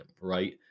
right